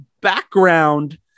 background